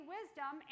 Wisdom